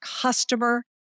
customer